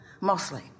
mostly